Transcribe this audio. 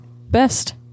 best